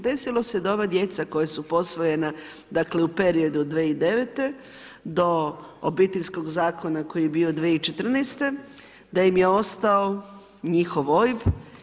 Desilo se da ova djeca koja su posvojena u periodu 2009. do Obiteljskog zakona koji je bio 2014. da im je ostao njihov OIB.